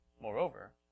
Moreover